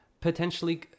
potentially